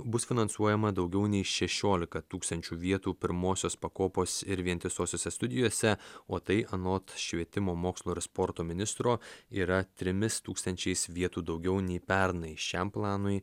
bus finansuojama daugiau nei šešiolika tūkstančių vietų pirmosios pakopos ir vientisosiose studijose o tai anot švietimo mokslo ir sporto ministro yra trimis tūkstančiais vietų daugiau nei pernai šiam planui